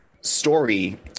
story